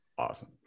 Awesome